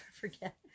forget